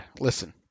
listen